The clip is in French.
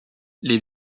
les